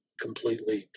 completely